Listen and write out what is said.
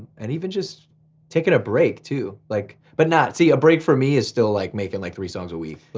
and even just taking a break too, like but not, see a break for me is still like making like three songs a week.